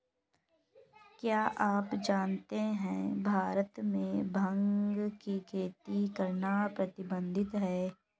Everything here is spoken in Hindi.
क्या आप जानते है भारत में भांग की खेती करना प्रतिबंधित है?